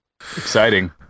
Exciting